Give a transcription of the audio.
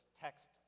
text